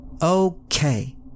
Okay